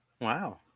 wow